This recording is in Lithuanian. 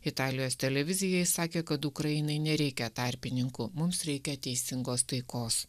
italijos televizijai sakė kad ukrainai nereikia tarpininkų mums reikia teisingos taikos